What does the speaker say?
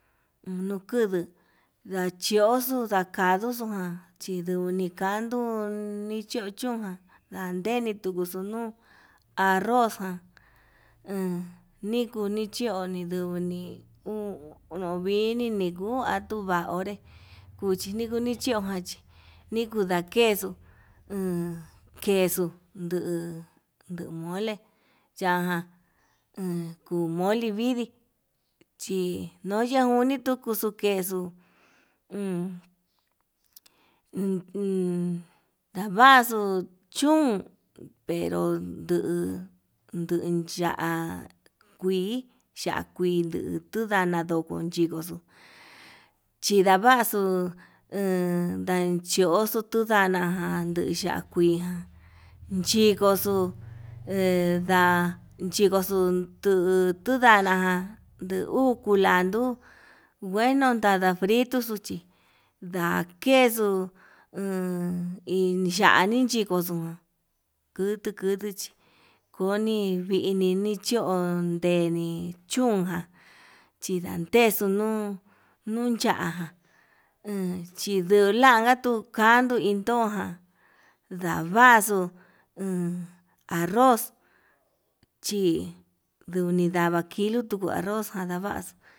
Nuu kuduu ndachioxo ndakaduu xuun ján, induni kandu nicho chion ján ndanenixu kutuu nuu arroz ján en nikuni xhio nkuni, uu nuvini niguu atuu va'a onre cuchi nikuu ni xhioján chi nikudakexu en kexuu nuu mole yajan kuu moli vidii, chinoya oni chikutu kexuu uun uun ndavaxu chún pero nduu nduu ya'á kui ya'a kuidutu nda'a nandoko chikoxu, chindavaxu ndachioxu tundana ján janduu ya'á kuijan chikoxu he nda'a chikoxu tundana ján ndi uu kulandu ngueno ndada frito, chi ndakexuu uun yani chikoxu kutu kutu chi koni yeni ni cho'o uundeni chún jan, chindatexu nuu, nuu cha'a chilunan ka tuu kanduu intoján ndavaxuu uun arroz chí nduni ndava kilo njuni ndavaxuu.